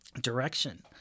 direction